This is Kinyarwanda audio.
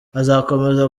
azakomeza